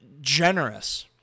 generous